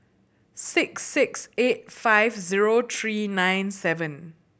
six six eight five zero three nine seven